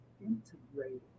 integrated